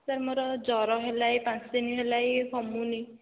sir ମୋର ଜ୍ୱର ହେଲା ଏଇ ପାଞ୍ଚ ଦିନ ହେଲା ଏଇ କମୁନି